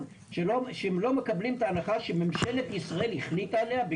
שהם לא מקבלים את ההנחה שממשלת ישראל החליטה עליה,